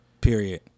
Period